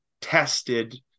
tested